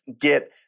get